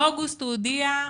באוגוסט הוא הודיע,